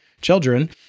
children